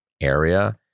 area